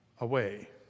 away